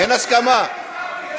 אין הסכמה.